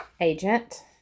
agent